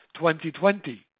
2020